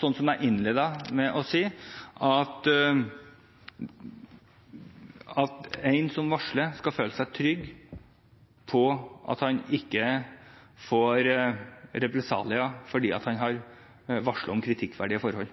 Som jeg innledet med å si: En som varsler, skal føle seg trygg på at en ikke får represalier fordi en har varslet om kritikkverdige forhold.